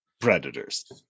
predators